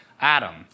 Adam